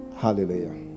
hallelujah